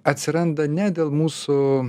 atsiranda ne dėl mūsų